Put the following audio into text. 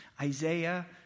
isaiah